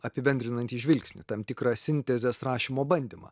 apibendrinantį žvilgsnį tam tikrą sintezės rašymo bandymą